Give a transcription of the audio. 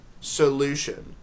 solution